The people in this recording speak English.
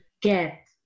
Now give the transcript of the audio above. get